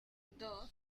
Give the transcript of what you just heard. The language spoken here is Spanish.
dos